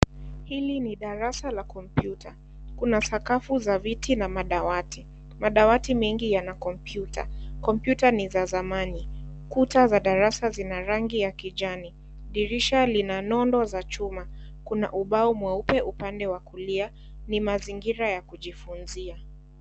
Hili ni darasa la kompyuta, kuna sakafu za viti na madawati, madawati mengi yana kompyuta, kompyuta ni za zamani, kuta za darasa zina rangi ya kijani, dirisha lina nondo za chuma, kuna ubao mweupe upande wa kulia, ni mazingira ya kujifunzia.